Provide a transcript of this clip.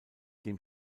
dem